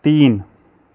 तीन